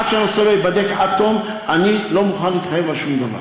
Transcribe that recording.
עד שהנושא לא ייבדק עד תום אני לא מוכן להתחייב על שום דבר.